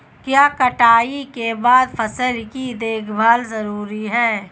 क्या कटाई के बाद फसल की देखभाल जरूरी है?